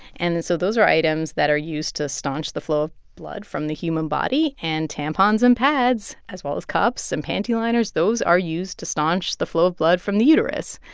and so those are items that are used to staunch the flow of blood from the human body. and tampons and pads, as well as cups and panty liners those are used to staunch the flow of blood from the uterus.